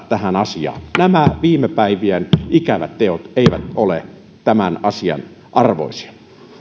tähän asiaan nämä viime päivien ikävät teot eivät ole tämän asian arvoisia